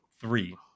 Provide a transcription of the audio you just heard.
three